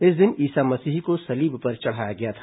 इस दिन ईसा मसीह को सलीब पर चढ़ाया गया था